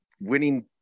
winning